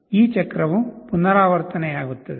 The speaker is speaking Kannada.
ಈ ಚಕ್ರವು ಪುನರಾವರ್ತನೆಯಾಗುತ್ತದೆ